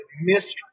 mystery